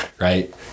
right